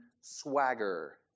swagger